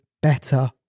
better